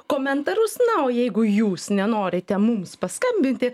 komentarus na o jeigu jūs nenorite mums paskambinti